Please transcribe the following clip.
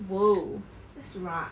!whoa!